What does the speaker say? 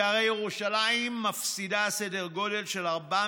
שהרי ירושלים מפסידה סדר גודל של 400